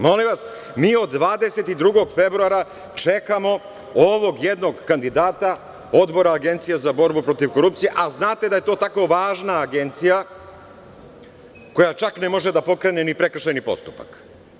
Molim vas, mi od 22. februara čekamo ovog jednog kandidata Odbora Agencije za borbu protiv korupcije, a znate da je to tako važna agencija koja čak ne može da pokrene ni prekršajni postupak.